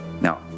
Now